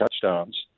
touchdowns